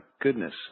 goodness